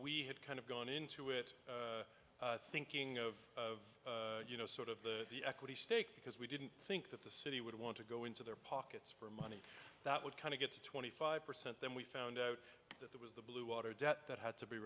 we had kind of gone into it thinking of of you know sort of the the equity stake because we didn't think that the city would want to go into their pockets from that would kind of get to twenty five percent then we found out that that was the bluewater debt that had to be